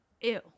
Ew